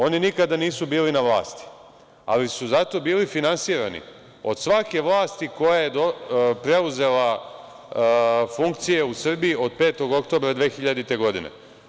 Oni nikada nisu bili na vlasti, ali su zato bili finansirani od svake vlasti koja je preuzela funkcije u Srbiji od 5. oktobra 2000. godine.